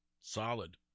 Solid